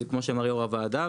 כמו שאמר יו"ר הוועדה,